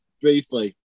briefly